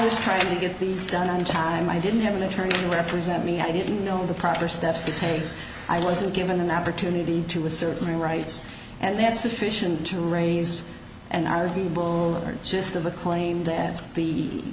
was trying to get these done on time i didn't have an attorney to represent me i didn't know the proper steps to take i wasn't given an opportunity to a certain rights and that's sufficient to raise an arguable or just of a claim that